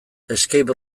escape